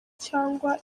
cyangwa